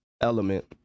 element